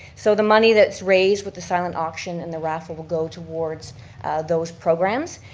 so the money that's raised with the silent auction and the raffle will go towards those programs.